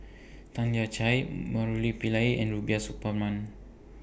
Tan Lian Chye Murali Pillai and Rubiah Suparman